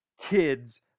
kids